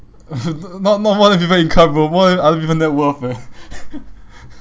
not not more than people income bro more than other people net worth eh